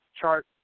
chart